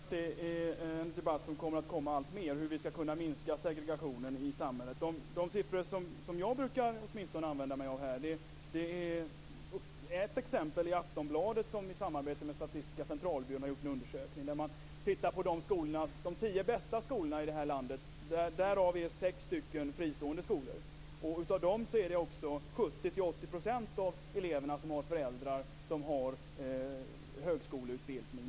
Fru talman! Ja, det kan vi gärna göra. Jag tror att det är en debatt som kommer alltmer: hur vi skall kunna minska segregationen i samhället. De siffror som jag brukar använda mig av är från Aftonbladet, som i samarbete med Statistiska centralbyrån har gjort en undersökning. Man har tittat på de tio bästa skolorna i landet. Av dem är sex fristående skolor, och på dessa är det 70-80 % av eleverna som har föräldrar med högskoleutbildning.